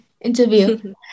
interview